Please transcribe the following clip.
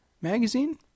magazine